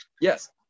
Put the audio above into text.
Yes